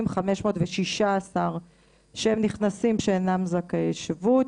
10,516 אנשים שהם נכנסים שאינם זכאי חוק השבות.